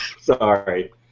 sorry